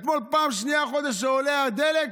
אתמול, פעם שנייה החודש שעולה הדלק